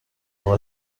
اقا